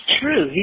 true